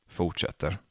fortsätter